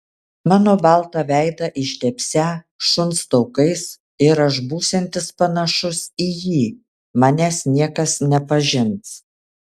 mano baltą veidą ištepsią šuns taukais ir aš būsiantis panašus į jį manęs niekas nepažins